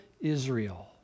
Israel